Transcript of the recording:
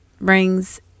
brings